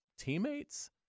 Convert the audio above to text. teammates